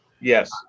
Yes